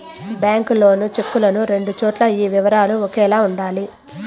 bank loan చెక్కులను రెండు చోట్ల ఈ వివరాలు ఒకేలా ఉండాలి